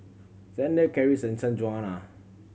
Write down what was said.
Xander Karis and Sanjuana